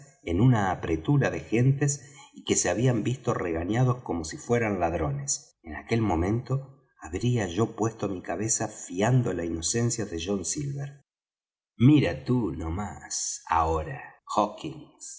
en una apretura de gentes y que se habían visto regañados como si fueran ladrones en aquellos momentos habría yo puesto mi cabeza fiando la inocencia de john silver mira tú no más ahora